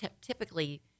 typically